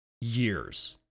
years